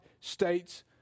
states